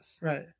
Right